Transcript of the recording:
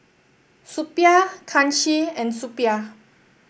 Suppiah Kanshi and Suppiah